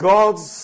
God's